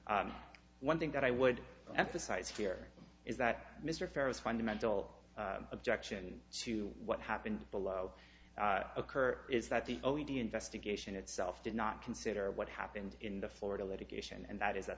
one thing that i would emphasize here is that mr ferris fundamental objection to what happened below occur is that the only the investigation itself did not consider what happened in the florida litigation and that is that